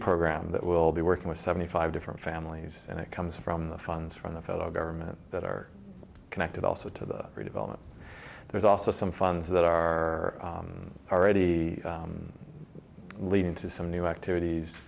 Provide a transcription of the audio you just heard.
program that will be working with seventy five different families and it comes from the funds from the federal government that are connected also to the redevelopment there's also some funds that are already leading to some new activities